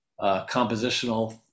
compositional